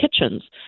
kitchens